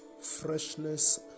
Freshness